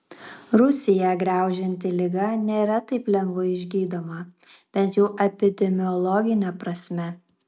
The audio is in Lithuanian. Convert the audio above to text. rusiją graužianti liga nėra taip lengvai išgydoma bent jau epidemiologine prasme